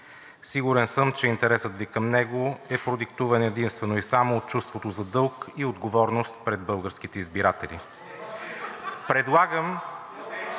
Сигурен съм, че интересът Ви към него е продиктуван единствено и само от чувството за дълг и отговорност пред българските избиратели.